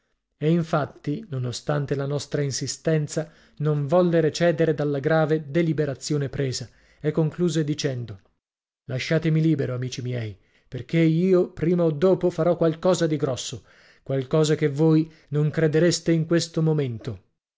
e infatti nonostante la nostra insistenza non volle recedere dalla grave deliberazione presa e concluse dicendo lasciatemi libero amici miei perché io prima o dopo farò qualcosa di grosso qualcosa che voi non credereste in questo momento